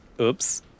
Oops